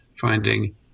finding